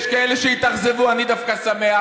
יש כאלה שהתאכזבו, אני דווקא שמח.